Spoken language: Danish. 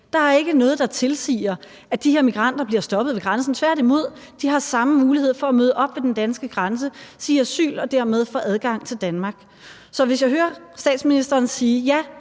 Der er ikke noget, der tilsiger, at de her migranter bliver stoppet ved grænsen. Tværtimod har de samme mulighed for at møde op ved den danske grænse, sige asyl og dermed få adgang til Danmark. Så jeg bliver glad, hvis jeg hører statsministeren sige: Ja,